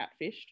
catfished